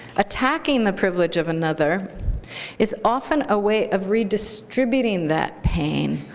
attacking the privilege of another is often a way of redistributing that pain,